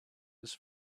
his